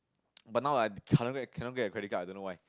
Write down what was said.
but now I cannot cannot get a credit card I don't know why